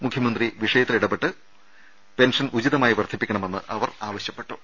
മുഖ്യമന്ത്രി വിഷയത്തിൽ ഇടപെട്ട് ഉചിതമായി വർധ്യിപ്പിക്കണമെന്ന് അവർ ആവ ശ്യപ്പെട്ടു